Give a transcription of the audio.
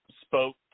spoke